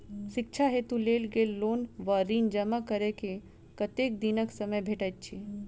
शिक्षा हेतु लेल गेल लोन वा ऋण जमा करै केँ कतेक दिनक समय भेटैत अछि?